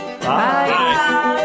Bye